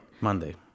Monday